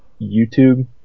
YouTube